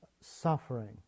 suffering